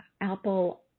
Apple